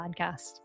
podcast